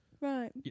right